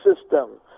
system